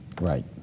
Right